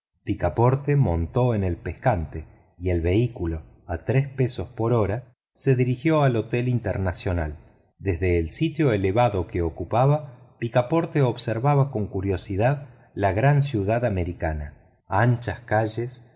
picaporte montó en el pescante y el vehículo a tres dólares por hora se dirigió al hotel internacional desde el sitio elevado que ocupaba picaporte observaba con curiosidad la gran ciudad americana anchas calles